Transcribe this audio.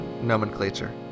nomenclature